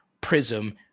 prism